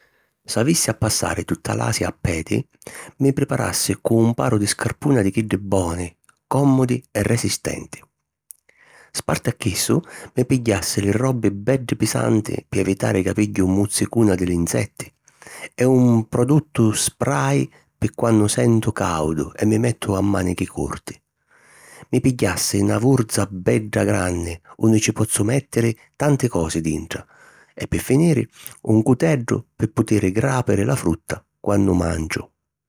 S'avissi a passari tutta l’Asia a pedi, mi priparassi cu un paru di scarpuna di chiddi boni, còmmodi e resistenti. Sparti a chissu mi pigghiassi li robbi beddi pisanti pi evitari ca pigghiu muzzicuna di l'insetti e un produttu sprai pi quannu sentu càudu e mi mettu a mànichi curti. Mi pigghiassi na vurza bedda granni unni ci pozzu mèttiri tanti cosi dintra e pi finiri un cuteddu pi putiri gràpiri la frutta quannu manciu.